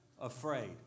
afraid